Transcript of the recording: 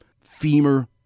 femur